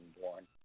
born